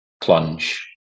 plunge